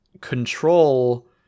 Control